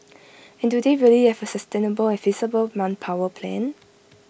and do they really have A sustainable and feasible manpower plan